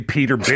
Peter